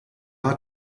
hat